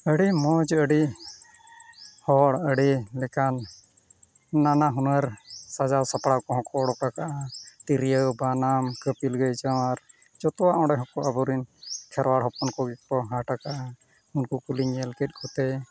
ᱟᱹᱰᱤ ᱢᱚᱡᱽ ᱟᱹᱰᱤ ᱦᱚᱲ ᱟᱹᱰᱤ ᱞᱮᱠᱟᱱ ᱱᱟᱱᱟ ᱦᱩᱱᱟᱹᱨ ᱥᱟᱡᱟᱣ ᱥᱟᱯᱲᱟᱣ ᱠᱚᱦᱚᱸ ᱠᱚ ᱩᱰᱩᱠ ᱟᱠᱟᱱ ᱛᱤᱨᱭᱳ ᱵᱟᱱᱟᱢ ᱠᱟᱹᱯᱤᱞ ᱜᱟᱹᱭ ᱪᱟᱣᱟᱨ ᱡᱚᱛᱚ ᱚᱸᱰᱮ ᱦᱚᱸᱠᱚ ᱟᱵᱚᱨᱤᱱ ᱠᱷᱮᱨᱣᱟᱲ ᱦᱚᱯᱚᱱ ᱠᱚᱜᱮ ᱠᱚ ᱦᱟᱴ ᱠᱟᱜᱼᱟ ᱩᱱᱠᱩ ᱠᱚᱞᱤᱧ ᱧᱮᱞ ᱠᱮᱜ ᱠᱚᱛᱮ